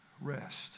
rest